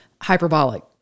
hyperbolic